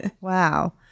Wow